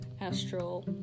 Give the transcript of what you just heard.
astral